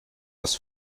das